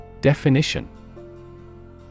Definition